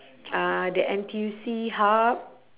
uh the N_T_U_C hub